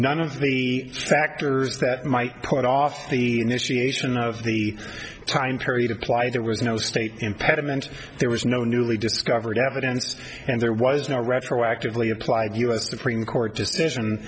none of the factors that might put off the initiation of the time period of ply there was no state impediment there was no newly discovered evidence and there was no retroactively applied us supreme court decision